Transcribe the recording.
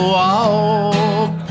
walk